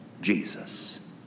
Jesus